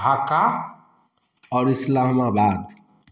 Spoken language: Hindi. ढाका और इस्लामाबाद